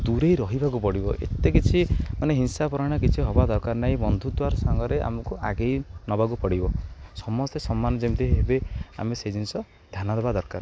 ଦୂରେଇ ରହିବାକୁ ପଡ଼ିବ ଏତେ କିଛି ମାନେ ହିଂସା ପରାୟଣ କିଛି ହବା ଦରକାର ନହିଁ ବନ୍ଧୁତାର ସାଙ୍ଗରେ ଆମକୁ ଆଗେଇ ନବାକୁ ପଡ଼ିବ ସମସ୍ତେ ସମାନ ଯେମିତି ହେବେ ଆମେ ସେ ଜିନିଷ ଧ୍ୟାନ ଦେବା ଦରକାର